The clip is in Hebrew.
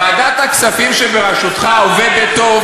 ועדת הכספים שבראשותך עובדת טוב,